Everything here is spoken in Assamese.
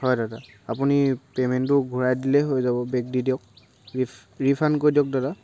হয় দাদা আপুনি পেমেণ্টটো ঘূৰাই দিলেই হৈ যাব বেক দি দিয়ক ৰিফাণ্ড কৰি দিয়ক দাদা